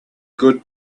good